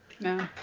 No